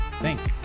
Thanks